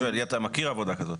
אני שואל, אתה מכיר עבודה כזאת.